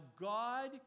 God